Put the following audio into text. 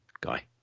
Guy